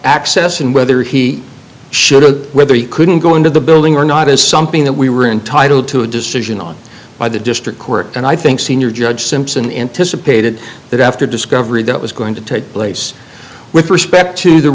access and whether he should or whether he couldn't go into the building or not is something that we were entitled to a decision on by the district court and i think senior judge simpson anticipated that after discovery that was going to take place with respect to the